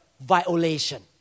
violation